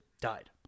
died